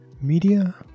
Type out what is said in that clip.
Media